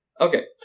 Okay